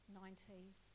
90s